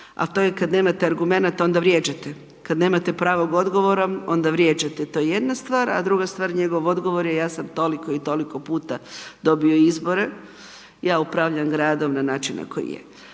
a to je kad nemate argumenata onda vrijeđate, kad nemate pravog odgovora onda vrijeđate, to je jedna stvar, a druga stvar njegov odgovor je ja sam toliko i toliko puta dobio izbore, ja upravljam gradom na način na koji je.